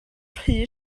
rhy